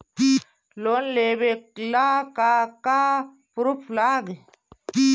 Loan लेबे ला का का पुरुफ लागि?